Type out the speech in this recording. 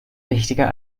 wichtiger